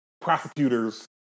prosecutors